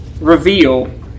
reveal